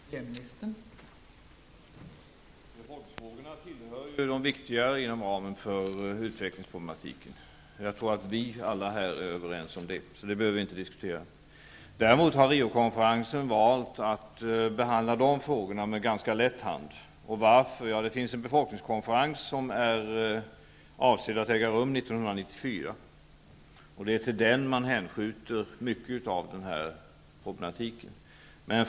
Fru talman! Befolkningsfrågorna tillhör de viktigare inom ramen för utvecklingsproblematiken. Jag tror att vi alla här är överens om det, så det behöver vi inte diskutera. Riokonferensen har dock valt att behandla dessa frågor med ganska lätt hand. Det skall äga rum en befolkningskonferens 1994, och man hänskjuter mycket av den här problematiken till den.